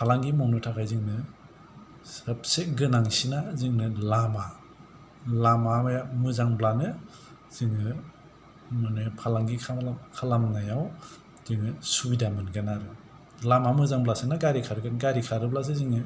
फालांगि मावनो थाखाय जोंनो सबसे गोनांसिना जोंनो लामा लामाया मोजांब्लानो जोङो माने फालांगि खालाम खालामनायाव जोङो सुबिदा मोनगोन आरो लामा मोजांब्लासोना गारि खारगोन गारि खारोब्लासो जोङो